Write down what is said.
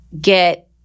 get